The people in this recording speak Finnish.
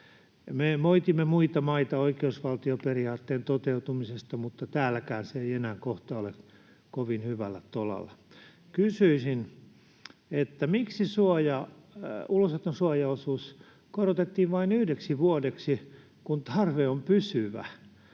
Me moitimme muita maita oikeusvaltioperiaatteen toteutumisesta, mutta täälläkään se ei kohta ole enää kovin hyvällä tolalla. Kysyisin: miksi ulosoton suojaosuus korotettiin vain yhdeksi vuodeksi, kun tarve on pysyvä?